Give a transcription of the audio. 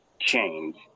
change